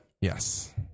Yes